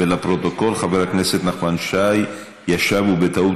לפרוטוקול: חבר הכנסת נחמן שי ישב ובטעות